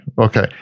okay